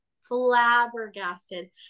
flabbergasted